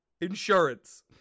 insurance